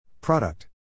Product